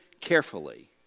carefully